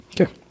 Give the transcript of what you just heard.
Okay